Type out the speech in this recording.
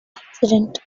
accident